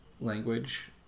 language